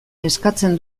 eskatzen